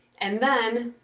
and then,